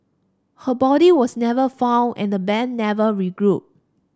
her body was never found and the band never regrouped